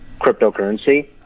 cryptocurrency